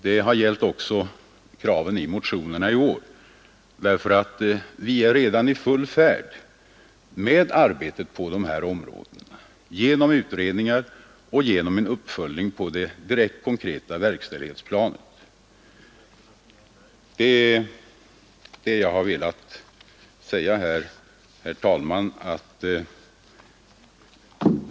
Det har gällt också kraven i motionerna i år därför att vi är redan i full färd med arbetet på de här områdena genom utredningar och genom en uppföljning av direkt konkreta verkställighetsplaner. Herr talman!